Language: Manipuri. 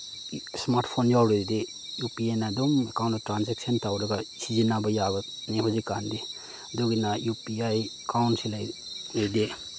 ꯏꯁꯃꯥꯔꯠ ꯐꯣꯟ ꯌꯥꯎꯔꯗꯤ ꯌꯨ ꯄꯤ ꯑꯥꯏꯅ ꯑꯗꯨꯝ ꯑꯦꯀꯥꯎꯟꯗ ꯇ꯭ꯔꯥꯟꯖꯦꯛꯁꯟ ꯇꯧꯔꯒ ꯁꯤꯖꯤꯟꯅꯕ ꯌꯥꯕꯅꯤ ꯍꯧꯖꯤꯛꯀꯥꯟꯗꯤ ꯑꯗꯨꯒꯤꯅ ꯌꯨ ꯄꯤ ꯑꯥꯏ ꯑꯦꯀꯥꯎꯟꯁꯦ ꯂꯩꯔꯗꯤ